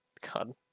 God